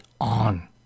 on